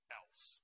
else